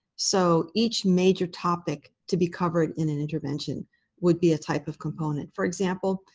so each major topic to be covered in an intervention would be a type of component. for example,